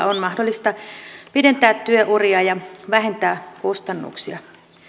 on mahdollista pidentää työuria ja vähentää kustannuksia